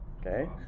Okay